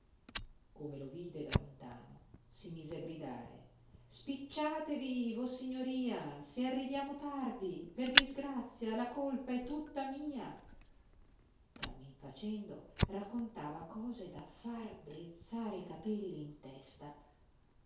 come lo vide da lontano si mise a gridare spicciatevi vossignoria se arriviamo tardi per disgrazia la colpa è tutta mia cammin facendo raccontava cose da far drizzare i capelli in testa